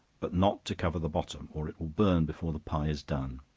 but not to cover the bottom, or it will burn before the pie is done.